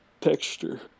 texture